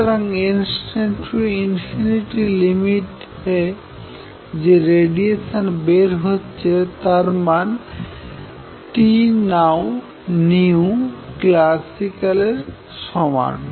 সুতরাং n →∞ লিমিটে যে রেডিয়েশন বের হচ্ছে তার মানclassical এর সমান